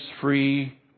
free